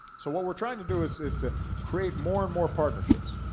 so what we're trying to do is is to create more and more partnerships